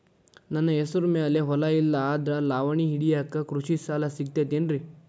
ನನ್ನ ಹೆಸರು ಮ್ಯಾಲೆ ಹೊಲಾ ಇಲ್ಲ ಆದ್ರ ಲಾವಣಿ ಹಿಡಿಯಾಕ್ ಕೃಷಿ ಸಾಲಾ ಸಿಗತೈತಿ ಏನ್ರಿ?